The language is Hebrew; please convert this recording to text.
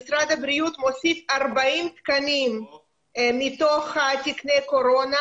משרד הבריאות מוסיף 40 תקנים מתוך תקני הקורונה